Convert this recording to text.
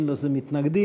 אין לזה מתנגדים,